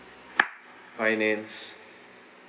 finance